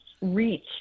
reach